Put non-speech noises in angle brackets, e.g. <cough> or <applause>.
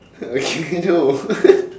uh okay no <laughs>